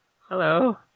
Hello